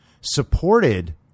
supported